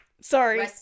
sorry